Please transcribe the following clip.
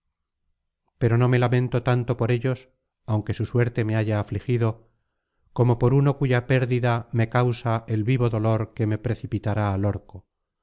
pero no me lamento tanto por ellos aunque su suerte me haya afligido como por uno cuya pérdida me causa el vivo dolor que me precipitará al orco